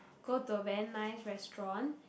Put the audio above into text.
go to a very nice restaurant